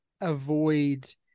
avoid